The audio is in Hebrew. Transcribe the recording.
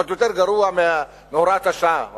עוד יותר גרוע מהוראת השעה.